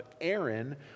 Aaron